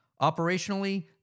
Operationally